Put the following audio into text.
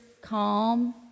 calm